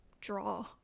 draw